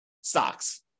stocks